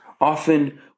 Often